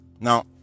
Now